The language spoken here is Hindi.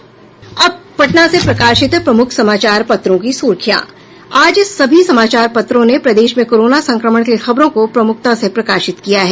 अखबारों की सुर्खियां अब पटना से प्रकाशित प्रमुख समाचार पत्रों की सुर्खियां आज सभी समाचारों पत्रों ने प्रदेश में कोरोना संक्रमण की खबरों को प्रमुखता से प्रकाशित किया है